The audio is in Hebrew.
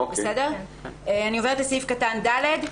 אני עוברת לסעיף קטן (ד).